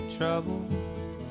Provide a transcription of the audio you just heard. trouble